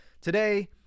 Today